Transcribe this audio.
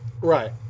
Right